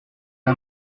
est